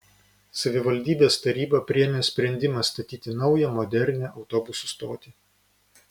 savivaldybės taryba priėmė sprendimą statyti naują modernią autobusų stotį